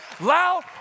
loud